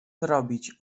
zrobić